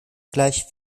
gleich